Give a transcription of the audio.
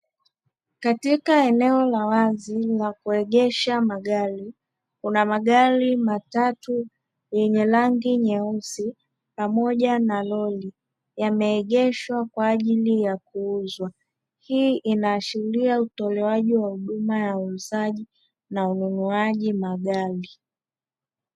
Katika eneo la wazi la kuegesha magari kuna magari matatu yenye rangi nyeusi pamoja na lori, yameegeshwa kwa ajili ya kuuzwa. Hii inaashiria utolewaji wa huduma ya uuzaji na ununuaji magari.